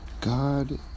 God